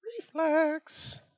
Reflex